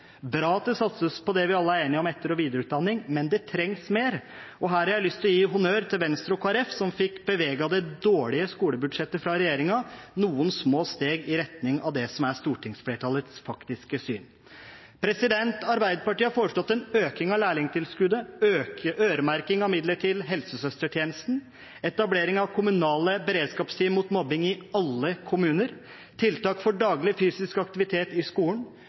bra at det satses på det vi alle er enige om – etter- og videreutdanning – men det trengs mer. Her har jeg lyst til å gi honnør til Venstre og Kristelig Folkeparti, som fikk beveget det dårlige skolebudsjettet fra regjeringen noen små steg i retning av det som er stortingsflertallets faktiske syn. Arbeiderpartiet har foreslått en øking av lærlingtilskuddet, øremerking av midler til helsesøstertjenesten, etablering av kommunale beredskapsteam mot mobbing i alle kommuner, tiltak for daglig fysisk aktivitet i skolen,